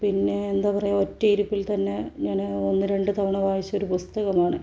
പിന്നെ എന്താ പറയുക ഒറ്റയിരിപ്പിൽ തന്നെ ഞാന് ഒന്ന് രണ്ട് തവണ വായിച്ചൊരു പുസ്തകമാണ്